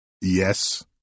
Yes